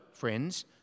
Friends